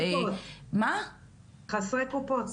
חסרי קופות.